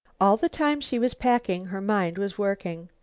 all the time she was packing her mind was working.